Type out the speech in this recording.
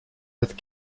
with